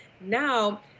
Now